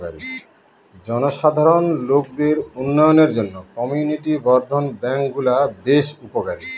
জনসাধারণ লোকদের উন্নয়নের জন্য কমিউনিটি বর্ধন ব্যাঙ্কগুলা বেশ উপকারী